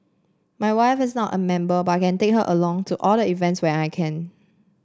my wife is not a member but can take her along to all the events when I can